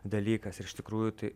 dalykas iš tikrųjų tai